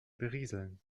berieseln